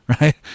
right